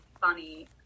funny